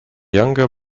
younger